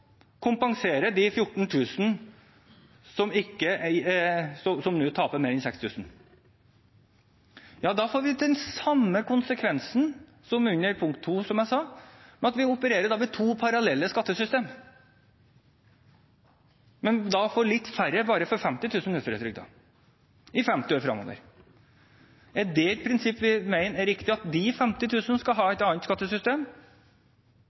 som jeg sa, ved at vi opererer med to parallelle skattesystem, men da får vi litt færre, bare 50 000, uføretrygdede i 50 år fremover. Er det et prinsipp vi mener er riktig – at de 50 000 skal ha et annet skattesystem